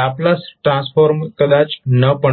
Laplace transform કદાચ ન પણ થઈ શકે